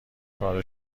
کار